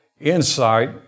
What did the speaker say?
insight